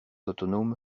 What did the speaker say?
autonome